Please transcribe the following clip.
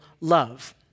love